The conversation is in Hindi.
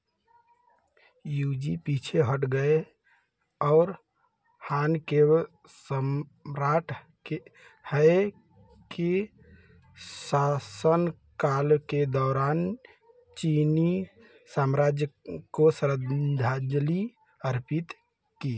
यूजी पीछे हट गए और हान के सम्राट के है के शासनकाल के दौरान चीनी साम्राज्य को श्रद्धांजलि अर्पित की